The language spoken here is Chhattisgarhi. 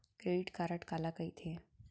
क्रेडिट कारड काला कहिथे?